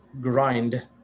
grind